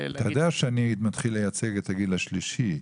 אתה יודע שאני מתחיל לייצג את הגיל השלישי,